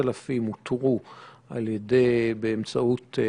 הם לא התלוננו על זה, הם לא באו וביקשו שנעצור או